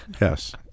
yes